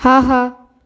ஆஹா